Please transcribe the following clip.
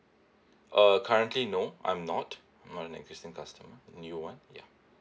err currently no I'm not I'm not an existing customer new one ya